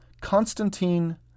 Constantine